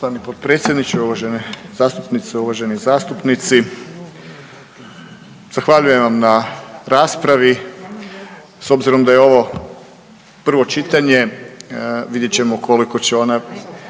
Poštovani potpredsjedniče, uvažene zastupnice, uvaženi zastupnici. Zahvaljujem vam na raspravi. S obzirom da je ovo prvo čitanje vidjet ćemo koliko će ona